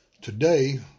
today